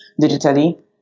digitally